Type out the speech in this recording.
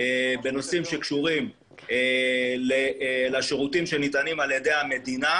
בנושאים שקשורים לשירותים שניתנים על ידי המדינה